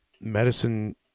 medicine –